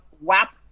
WAP